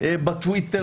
את כבר